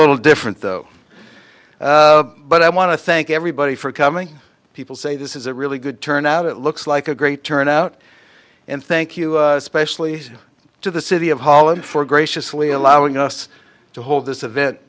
little different though but i want to thank everybody for coming people say this is a really good turnout it looks like a great turnout and thank you especially to the city of holland for graciously allowing us to hold this event